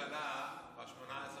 מה עשתה הממשלה ב-18 חודש,